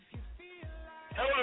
Hello